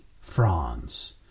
France